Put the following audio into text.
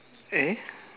eh